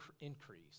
increase